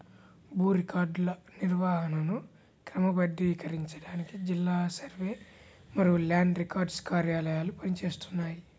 భూ రికార్డుల నిర్వహణను క్రమబద్ధీకరించడానికి జిల్లా సర్వే మరియు ల్యాండ్ రికార్డ్స్ కార్యాలయాలు పని చేస్తున్నాయి